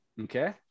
Okay